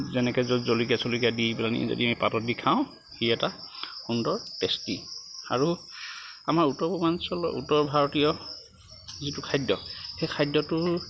যেনেকে য'ত জলকীয়া চলকীয়া দি পেলাই আমি পাতত দি খাওঁ সি এটা সুন্দৰ টেষ্টি আৰু আমাৰ উত্তৰ পূৰ্বাঞ্চলৰ উত্তৰ ভাৰতীয় যিটো খাদ্য সেই খাদ্যটোৰ